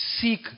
seek